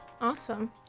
awesome